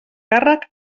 càrrec